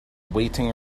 waiting